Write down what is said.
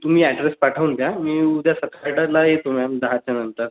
तुम्ही ॲड्रेस पाठवून द्या मी उद्या सकाळनं येतो मॅम दहाच्या नंतर